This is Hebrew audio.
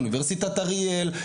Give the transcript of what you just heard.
אוניברסיטת אריאל,